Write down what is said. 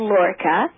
Lorca